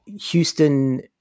Houston